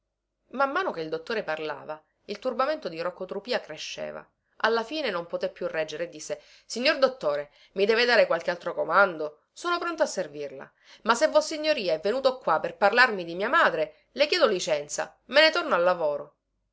man mano che il dottore parlava il turbamento di rocco trupìa cresceva alla fine non poté più reggere e disse signor dottore mi deve dare qualche altro comando sono pronto a servirla ma se vossignoria è venuto qua per parlarmi di mia madre le chiedo licenza me ne torno al lavoro